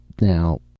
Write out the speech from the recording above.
now—